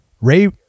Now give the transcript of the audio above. Ray